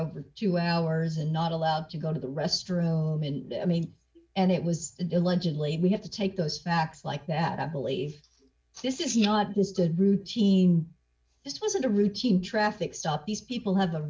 over two hours and not allowed to go to the restroom i mean and it was diligently we have to take those facts like that i believe this is not just a routine this wasn't a routine traffic stop these people have